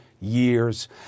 years